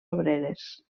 obreres